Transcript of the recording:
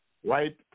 White